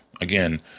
Again